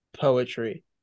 poetry